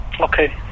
Okay